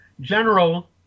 general